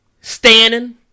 standing